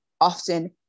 often